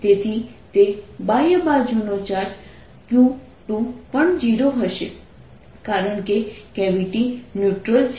તેથી તે બાહ્ય બાજુનો કુલ ચાર્જ Q2 પણ 0 રહેશે કારણ કે કેવિટી ન્યુટ્રલ છે